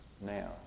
now